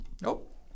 Nope